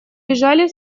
бежали